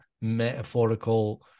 Metaphorical